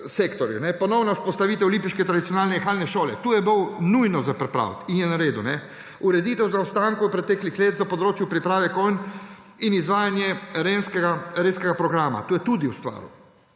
sektorju, ponovna vzpostavitev lipiške tradicionalne jahalne šole. To je bilo nujno treba pripraviti. In je naredil. Ureditev zaostankov preteklih let za področje priprave konj in izvajanje rejskega programa, to je tudi ustvaril.